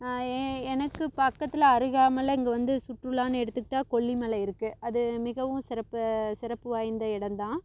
ஏ எனக்கு பக்கத்தில் அருகாமையில இங்கே வந்து சுற்றுலான்னு எடுத்துக்கிட்டா கொல்லிமலை இருக்கு அது மிகவும் சிறப்பு சிறப்பு வாய்ந்த இடம் தான்